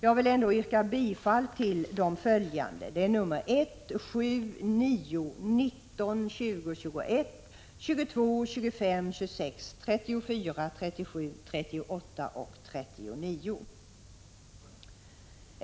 Jag vill ändå yrka bifall till reservationerna 1,7, 9,19, 20, 21, 22, 24, 25, 26, 34, 37, 38 och 39.